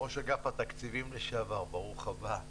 ראש אגף התקציבים לשעבר, ברוך הבא.